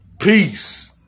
Peace